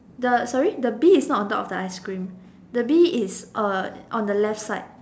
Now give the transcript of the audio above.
the sorry the bee is not on top of the ice cream the bee is on on the left side